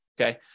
Okay